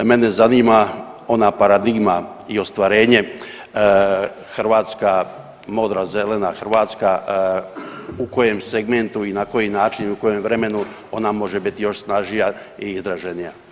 Mene zanima ona paradigma i ostvarenje Hrvatska, modra zelena Hrvatska u kojem segmentu i na koji način i u kojem vremenu ona može bit još snažnija i izraženija?